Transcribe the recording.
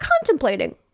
contemplating